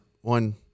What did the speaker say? one